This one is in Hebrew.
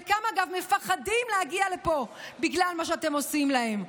חלקם מפחדים להגיע לפה בגלל מה שאתם עושים להם.